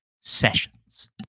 Sessions